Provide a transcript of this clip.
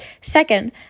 Second